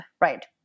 right